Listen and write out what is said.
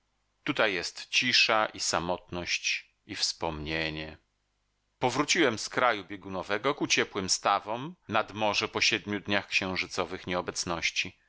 tutaj jest cisza i samotność i wspomnienie powróciłem z kraju biegunowego ku ciepłym stawom nad morze po siedmiu dniach księżycowych nieobecności